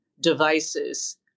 devices